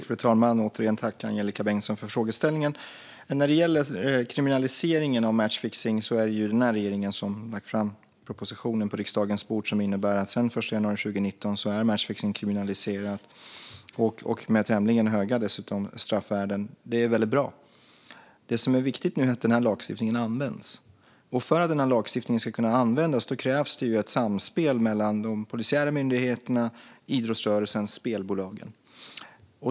Fru talman! Jag tackar återigen Angelika Bengtsson för frågeställningen. När det gäller kriminaliseringen av matchfixning är det ju den här regeringen som på riksdagens bord har lagt fram den proposition som innebär att matchfixning är kriminaliserat sedan den 1 januari 2019, dessutom med tämligen höga straffvärden. Detta är väldigt bra. Det som är viktigt nu är att denna lagstiftning används. För att den ska kunna användas krävs ett samspel mellan de polisiära myndigheterna, idrottsrörelsen och spelbolagen.